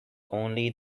only